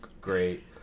great